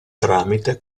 tramite